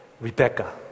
Rebecca